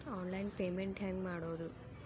Online payment ಹೆಂಗ್ ಮಾಡೋದು?